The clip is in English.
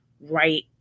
right